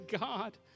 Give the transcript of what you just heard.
God